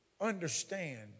understand